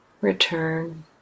return